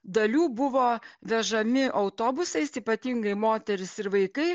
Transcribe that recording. dalių buvo vežami autobusais ypatingai moterys ir vaikai